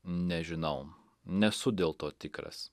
nežinau nesu dėl to tikras